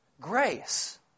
grace